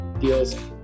deals